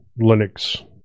Linux